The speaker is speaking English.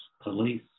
police